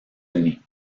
unis